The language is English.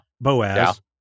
Boaz